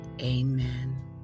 Amen